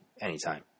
anytime